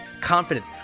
confidence